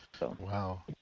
Wow